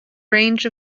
range